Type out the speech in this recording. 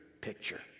picture